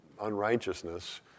unrighteousness